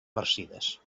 marcides